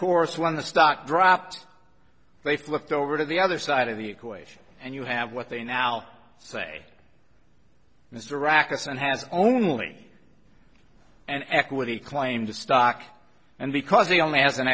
course when the stock dropped they flipped over to the other side of the equation and you have what they now say mr rackets and has only an equity claim to stock and because he only has an